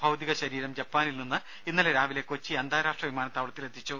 ഭൌതികശരീരം ജപ്പാനിൽ നിന്നും ഇന്നലെ രാവിലെ കൊച്ചി അന്താരാഷ്ട്ര വിമാനത്താവളത്തിൽ എത്തിച്ചു